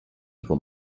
con